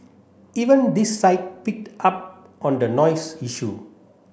even this site picked up on the noise issue